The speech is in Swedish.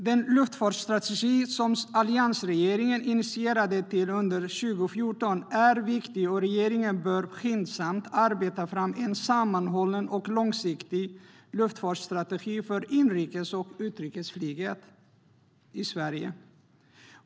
Den luftfartstrategi som alliansregeringen initierade under 2014 är viktig, och regeringen bör skyndsamt arbeta fram en sammanhållen och långsiktig luftfartstrategi för inrikes och utrikesflyget i Sverige.